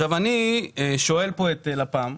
אני שואל פה את לפ"ם,